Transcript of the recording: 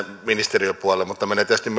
ministeriön puolelle mutta menevät tietysti